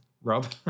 Rob